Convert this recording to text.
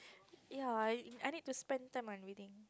ya I I need to spend time on reading